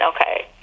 okay